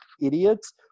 idiots